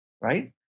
right